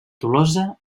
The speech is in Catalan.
tolosa